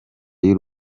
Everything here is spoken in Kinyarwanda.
y’u